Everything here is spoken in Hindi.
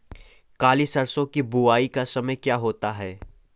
काली सरसो की बुवाई का समय क्या होता है?